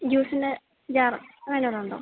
ജ്യൂസിൻ്റെ jar അങ്ങനെ വല്ലതും ഉണ്ടോ